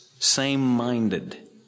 same-minded